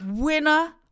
Winner